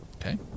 Okay